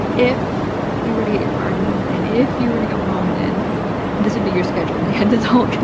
if you were to get your pardon, and if you were to go home then this would be your schedule. and they had this whole, this,